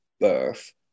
birth